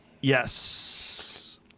Yes